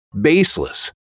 baseless